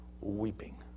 weeping